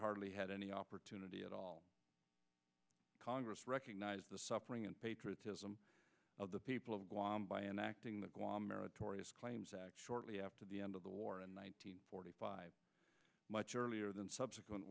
hardly had any opportunity at all congress recognized the suffering and patriotism of the people of guam by enacting the guam meritorious claims act shortly after the end of the war in one nine hundred forty five much earlier than subsequent